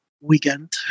weekend